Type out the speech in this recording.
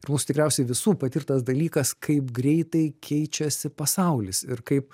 ir mūsų tikriausiai visų patirtas dalykas kaip greitai keičiasi pasaulis ir kaip